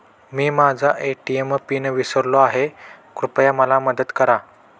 मी माझा ATM pin विसरलो आहे, कृपया मला मदत करा